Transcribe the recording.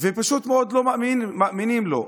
פשוט מאוד לא מאמינים לו,